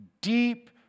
Deep